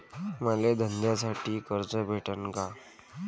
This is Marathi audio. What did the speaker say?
मले धंद्यासाठी कर्ज भेटन का?